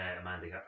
Amanda